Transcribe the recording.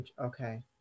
Okay